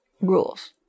rules